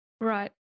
right